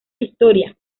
historia